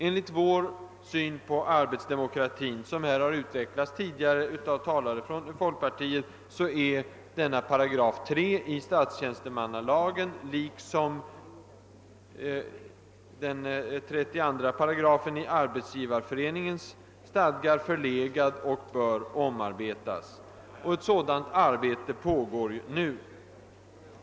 Enligt vår syn på arbetsdemokratin, som här tidigare utvecklats av talare från folkpartiet, är paragraf 3 i statstjänstemannalagen, liksom paragraf 32 i Arbetsgivareföreningens stadgar, förlegad och bör omarbetas. Ett sådant arbete pågår nu.